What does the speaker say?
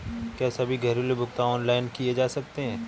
क्या सभी घरेलू भुगतान ऑनलाइन किए जा सकते हैं?